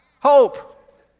hope